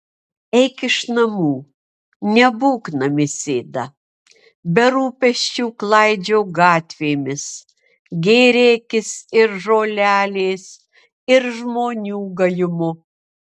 eik iš namų nebūk namisėda be rūpesčių klaidžiok gatvėmis gėrėkis ir žolelės ir žmonių gajumu